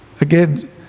again